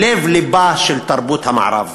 בלב לבה של תרבות המערב.